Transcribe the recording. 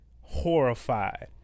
horrified